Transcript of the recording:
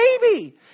baby